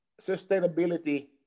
sustainability